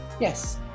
Yes